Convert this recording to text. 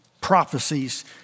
prophecies